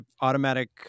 automatic